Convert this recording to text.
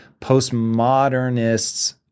postmodernists